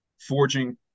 forging